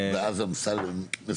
זה המצב היום.